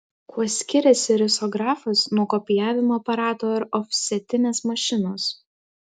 kuo skiriasi risografas nuo kopijavimo aparato ar ofsetinės mašinos